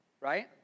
right